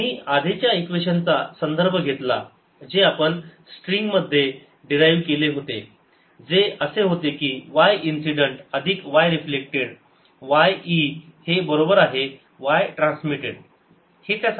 मी आधीच्या इक्वेशन चा संदर्भ घेतला जे आपण स्ट्रिंग मध्ये डिराईव्ह केले होते जे असे होते की y इन्सिडेंट अधिक y रिफ्लेक्टेड y e हे बरोबर आहे y ट्रान्समीटेड हे त्या सारखेच आहे